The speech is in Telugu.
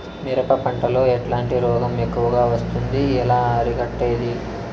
మిరప పంట లో ఎట్లాంటి రోగం ఎక్కువగా వస్తుంది? ఎలా అరికట్టేది?